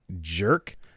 jerk